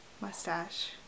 mustache